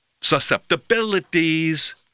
susceptibilities